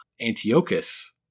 Antiochus